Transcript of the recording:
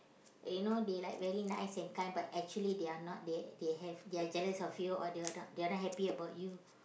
eh you know they like very nice and kind but actually they are not they they have they are jealous of you or they are not they are not happy about you